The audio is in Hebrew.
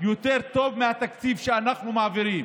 יותר טוב מהתקציב שאנחנו מעבירים.